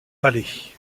palais